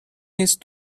نیست